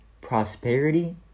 prosperity